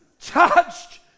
touched